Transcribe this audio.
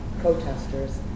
protesters